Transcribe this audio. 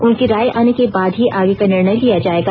उनकी राय आने के बाद ही आगे का निर्णय लिया जाएगा